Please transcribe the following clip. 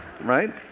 right